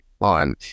on